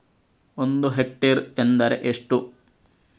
ಒಂದು ಹೆಕ್ಟೇರ್ ಎಂದರೆ ಎಷ್ಟು?